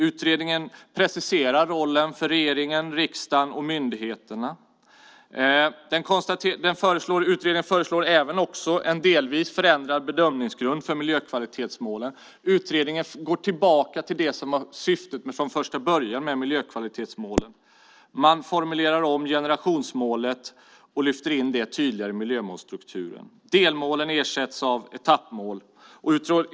Utredningen preciserar rollen för regeringen, riksdagen och myndigheterna. Utredningen föreslår också en delvis förändrad bedömningsgrund för miljökvalitetsmålen och går tillbaka till det som var syftet med dessa mål från första början. Man formulerar om generationsmålet och lyfter in det tydligare i miljömålsstrukturen. Delmålen ersätts av etappmål.